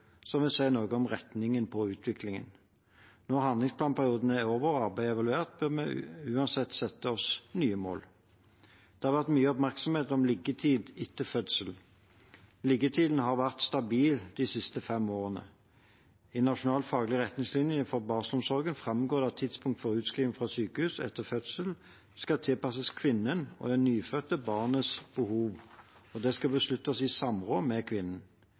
som vil si noe om retningen på utviklingen. Når handlingsplanperioden er over og arbeidet er evaluert, bør vi uansett sette oss nye mål. Det har vært mye oppmerksomhet om liggetid etter fødsel. Liggetiden har vært stabil de siste fem årene. I nasjonal faglig retningslinje for barselomsorgen framgår det at tidspunktet for utskriving fra sykehus etter fødsel skal tilpasses kvinnens og det nyfødte barnets behov, og skal besluttes i samråd med kvinnen.